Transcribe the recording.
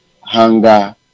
hunger